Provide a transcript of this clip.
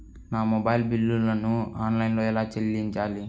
నా మొబైల్ బిల్లును ఆన్లైన్లో ఎలా చెల్లించాలి?